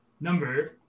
number